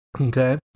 okay